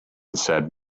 said